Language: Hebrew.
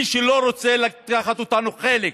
מי שלא רוצה לקחת אותנו כחלק